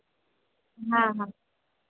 हा हा